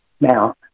Now